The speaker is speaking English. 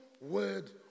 word